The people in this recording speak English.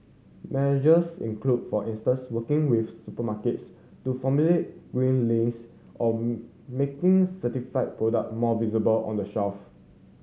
measures include for instance working with supermarkets to formulate green lanes or making certified product more visible on the shelf